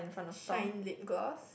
shine lip gloss